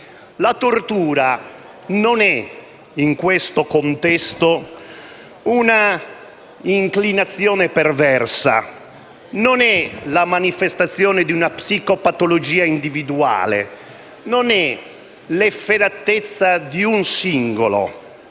La tortura non è in questo contesto un'inclinazione perversa, non è la manifestazione di una psicopatologia individuale, non è l'efferatezza di un singolo.